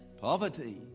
poverty